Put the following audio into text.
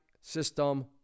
system